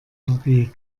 marie